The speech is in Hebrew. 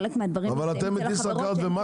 חלק מהדברים הם אצל החברות ש --- אבל